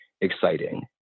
exciting